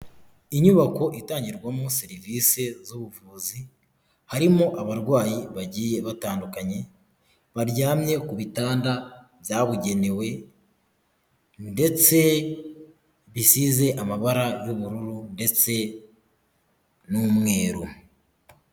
Inyubako itangirwamo serivisi z'ubuvuzi harimo abarwayi bagiye batandukanye, baryamye ku bitanda byabugenewe ndetse bisize amabara y'ubururu ndetse n'umweru.